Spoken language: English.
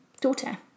daughter